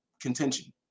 contention